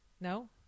No